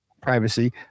privacy